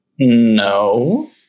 No